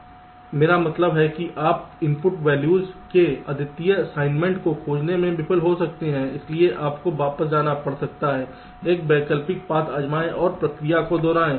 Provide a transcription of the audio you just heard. आप हैं मेरा मतलब है कि आप इनपुट वैल्यूज के अद्वितीय असाइनमेंट को खोजने में विफल हो सकते हैं इसलिए आपको वापस जाना पड़ सकता है एक वैकल्पिक पथ आज़माएं और प्रक्रिया को दोहराएं